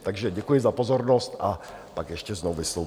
Takže děkuji za pozornost a pak ještě znovu vystoupím.